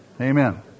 Amen